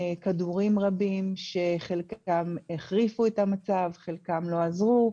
כדורים רבים, שחלקם החריפו את המצב, חלקם לא עזרו.